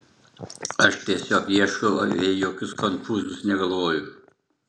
aš tiesiog ieškau apie jokius konfūzus negalvoju